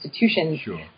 institutions